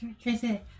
Tracy